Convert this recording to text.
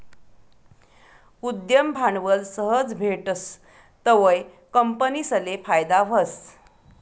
उद्यम भांडवल सहज भेटस तवंय कंपनीसले फायदा व्हस